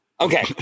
Okay